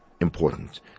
important